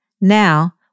Now